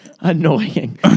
annoying